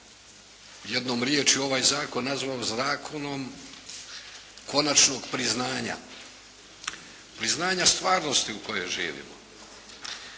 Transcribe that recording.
jednom riječju ovaj zakon nazvao zakonom konačnog priznanja, priznanja stvarnosti u kojoj živimo.